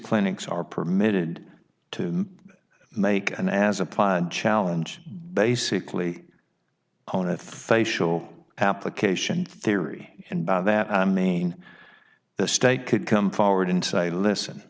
clinics are permitted to make an as applied challenge basically on a facial application theory and by that main the state could come forward and say listen